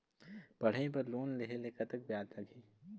पढ़ई बर लोन लेहे ले कतक ब्याज लगही?